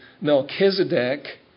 Melchizedek